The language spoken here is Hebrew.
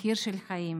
מחיר של חיים.